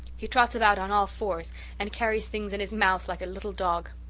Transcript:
he trots about on all fours and carries things in his mouth like a little dog.